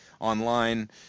online